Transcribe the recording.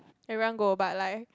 everyone go but like